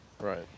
Right